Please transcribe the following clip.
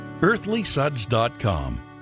EarthlySuds.com